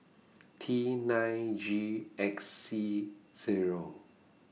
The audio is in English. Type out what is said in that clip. T nine G X C Zero